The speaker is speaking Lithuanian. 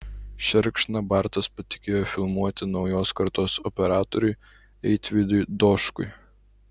šerkšną bartas patikėjo filmuoti naujos kartos operatoriui eitvydui doškui